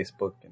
Facebook